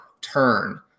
turn